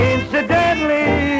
Incidentally